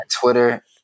Twitter